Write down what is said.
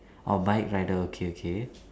orh bike rider okay okay